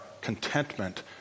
contentment